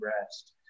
rest